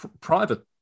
private